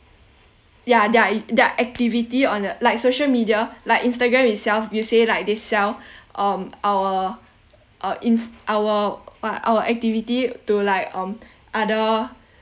yeah their their activity on the like social media like instagram itself you say like they sell um our uh inf~ our what our activity to like um other